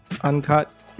uncut